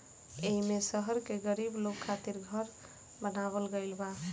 एईमे शहर के गरीब लोग खातिर घर बनावल गइल बा